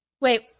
wait